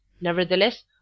nevertheless